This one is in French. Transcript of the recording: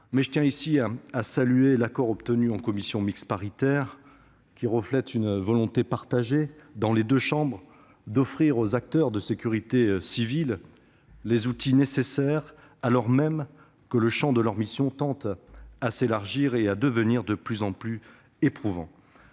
Mais je tiens ici à saluer l'accord obtenu en commission mixte paritaire, qui reflète une volonté partagée par les deux chambres d'offrir aux acteurs de la sécurité civile les outils nécessaires, alors même que le champ de leurs missions tend à s'élargir et à devenir de plus en plus éprouvant.